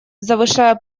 завышая